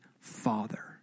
father